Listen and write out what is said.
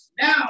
Now